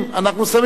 אנחנו שמים את זה,